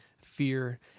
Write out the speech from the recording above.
fear